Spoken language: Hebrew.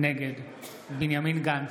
נגד בנימין גנץ,